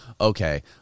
okay